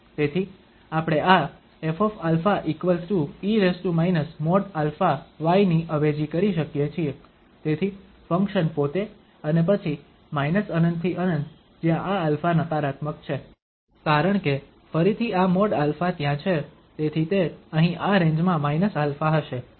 તેથી આપણે આ 𝑓αe |α|y ની અવેજી કરી શકીએ છીએ તેથી ફંક્શન પોતે અને પછી ∞ થી ∞ જ્યાં આ α નકારાત્મક છે કારણ કે ફરીથી આ |α| ત્યાં છે તેથી તે અહીં આ રેન્જ માં α હશે